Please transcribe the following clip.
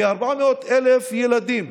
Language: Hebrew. כ-400,000 ילדים,